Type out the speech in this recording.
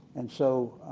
and so,